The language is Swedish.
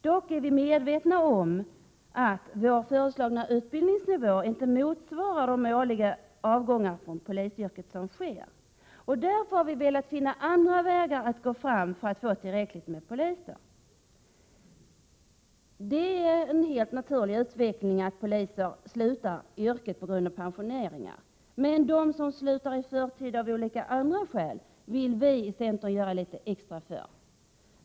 Vi är emellertid medvetna om att den av oss föreslagna utbildningsnivån inte täcker upp de årliga avgångarna från polisyrket. Därför har vi velat finna andra vägar för att få tillräckligt med poliser. Det är en helt naturlig utveckling att poliser slutar på grund av pensionering. Men dem som slutar i förtid av olika skäl vill vi i centern göra litet extra för.